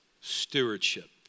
stewardship